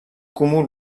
cúmul